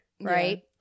right